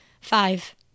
five